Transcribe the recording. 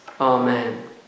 Amen